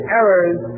errors